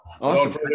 Awesome